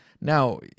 Now